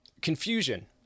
confusion